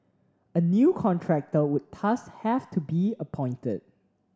a new contractor would thus have to be appointed